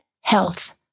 health